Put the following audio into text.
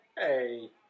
Hey